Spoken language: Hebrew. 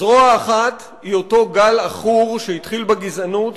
זרוע אחת היא אותו גל עכור שהתחיל בגזענות,